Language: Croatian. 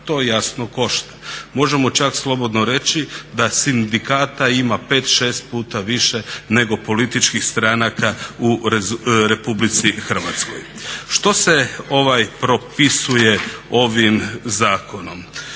to jasno košta. Možemo čak slobodno reći da sindikata ima 5, 6 puta više nego političkih stranaka u RH. Što se propisuje ovim zakonom?